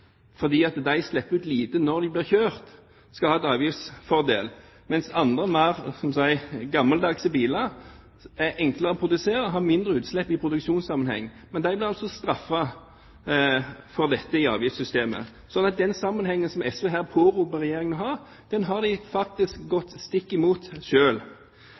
fordi de slipper ut lite når de blir kjørt, skal ha en avgiftsfordel, mens andre, skal vi si mer gammeldagse biler, som er enklere å produsere, har mindre utslipp i produksjonssammenheng. De blir altså straffet for dette i avgiftssystemet. Så den sammenhengen som SV her påberoper at Regjeringen har, har de faktisk gått stikk imot